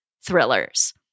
thrillers